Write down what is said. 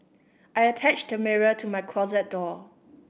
I attached the mirror to my closet door